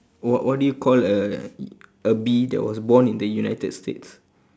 what what do you call a a bee that was born in the united states